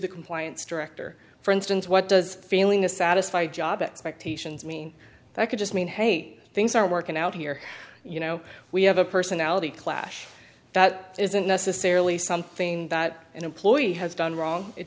the compliance director for instance what does failing to satisfy job expectations mean that could just mean hey things are working out here you know we have a personality clash that isn't necessarily something that an employee has done wrong it